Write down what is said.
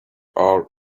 our